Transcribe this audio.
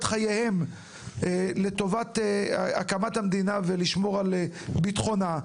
חייכם לטובת הקמת המדינה והשמירה על ביטחונה.